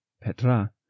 Petra